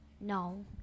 No